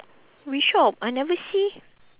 which shop I never see